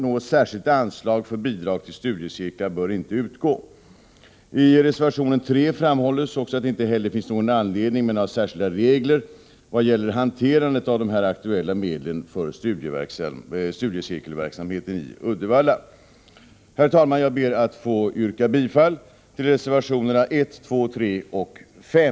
Något särskilt anslag för bidrag till studiecirklar bör inte utgå. I reservation 3 framhålls att det inte finns någon anledning att ha särskilda regler vad gäller hanteringen av de aktuella medlen för studiecirkelverksamheten i Uddevalla. Herr talman! Jag ber att få yrka bifall till reservationerna 1, 2, 3 och 5.